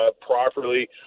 properly